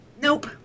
Nope